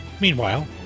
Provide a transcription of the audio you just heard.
Meanwhile